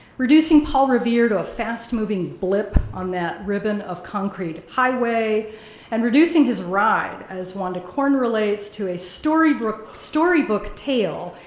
reducing paul revere to a fast moving blip on that ribbon of concrete highway and reducing his ride as wanda corn relates, to a storybook storybook tale,